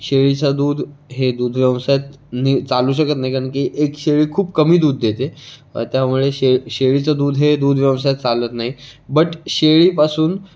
शेळीचं दूध हे दूध व्यवसायात नि चालू शकत नाही कारण की एक शेळी खूप कमी दूध देते त्यामुळे शे शेळीचं दूध हे दुधव्यवसायात चालत नाही बट शेळीपासून